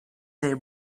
they